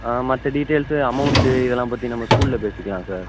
ஆ மற்ற details amount இதெல்லாம் பற்றி நம்ம ஸ்கூலில் பேசிக்கலாம் சார்